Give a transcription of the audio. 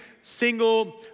single